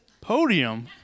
Podium